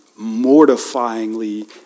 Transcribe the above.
mortifyingly